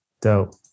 Dope